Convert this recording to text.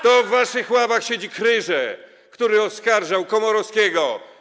To w waszych ławach siedzi Kryże, który oskarżał Komorowskiego.